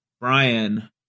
brian